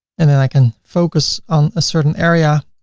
and then i can focus on a certain area,